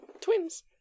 twins